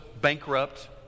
bankrupt